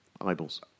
eyeballs